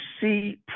see